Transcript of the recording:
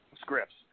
scripts